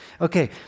Okay